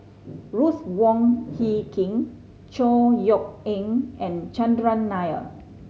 Ruth Wong Hie King Chor Yeok Eng and Chandran Nair